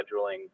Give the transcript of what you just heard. scheduling